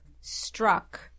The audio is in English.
struck